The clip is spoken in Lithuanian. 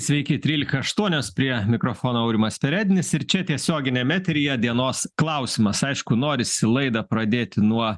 sveiki trylika aštuonios prie mikrofono aurimas perednis ir čia tiesioginiam eteryje dienos klausimas aišku norisi laidą pradėti nuo